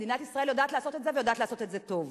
מדינת ישראל יודעת לעשות את זה ויודעת לעשות את זה טוב.